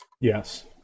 Yes